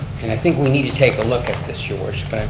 and i think we need to take a look at this your worship. but and